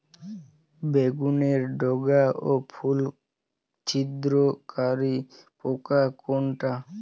বেগুনের ডগা ও ফল ছিদ্রকারী পোকা কোনটা?